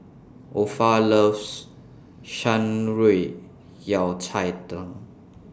Opha loves Shan Rui Yao Cai Tang